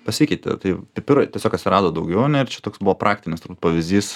pasikeitė tai pipirai tiesiog atsirado daugiau ane ir čia toks buvo praktinis turbūt pavyzdys